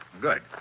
Good